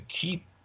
keep